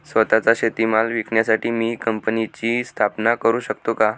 स्वत:चा शेतीमाल विकण्यासाठी मी कंपनीची स्थापना करु शकतो का?